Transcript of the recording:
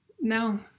no